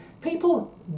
People